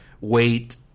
wait